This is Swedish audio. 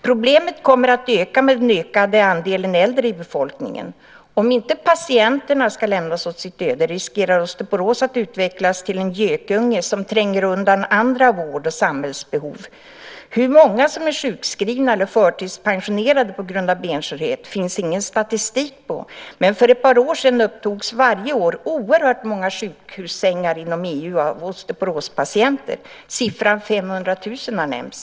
Problemet kommer att öka med den ökande andelen äldre i befolkningen. Om patienterna lämnas åt sitt öde riskerar osteoporos att utvecklas till en gökunge som tränger undan andra vård och samhällsbehov. Hur många som är sjukskrivna eller förtidspensionerade på grund av benskörhet finns ingen statistik på, men för ett par år sedan upptogs oerhört många sjukhussängar inom EU av osteoporospatienter. Siffran 500 000 har nämnts.